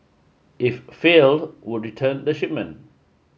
if failed would return the shipment